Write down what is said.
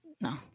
No